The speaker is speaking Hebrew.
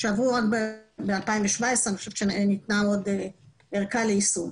שעברו רק ב-2017 ואני חושבת שניתנה אורכה ליישום.